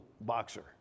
boxer